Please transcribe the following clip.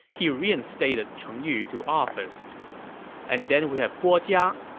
he reinstated cheng yu to office and then we have guo jia,